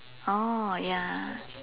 oh ya